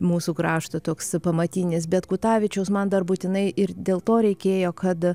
mūsų krašto toks pamatinis bet kutavičiaus man dar būtinai ir dėl to reikėjo kad